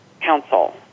council